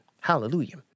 Hallelujah